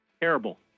Terrible